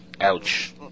Ouch